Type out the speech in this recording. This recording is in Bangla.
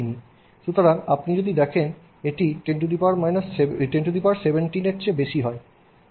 সুতরাং আপনি যদি দেখেন এটি 1017 এর চেয়ে বেশি হয়